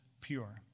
pure